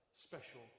special